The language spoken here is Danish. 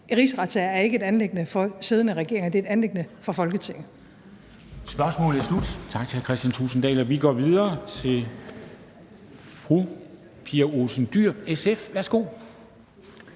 Rigsretssager er ikke et anliggende for siddende regeringer, det er et anliggende for Folketinget.